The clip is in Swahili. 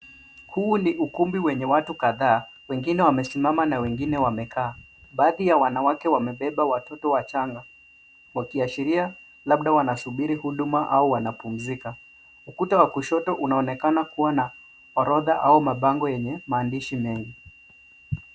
Huu ni ukumbi wenye watu kadhaa, wengine wamesimama na wengine wamekaa. Baadhi ya wanawake wamebeba watoto wachanga, wakiashiria labda wanasubiri huduma au wanapumzika. Ukuta wa kushoto unaonekana kuwa na orodha au mabango yenye maandishi mengi.